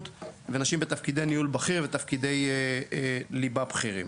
ונשים בתפקידי ניהול בכירים ותפקידי ליבה בכירים.